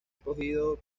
escogido